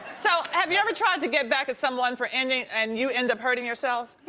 so, have you ever tried to get back at someone for ending and you end up hurting yourself?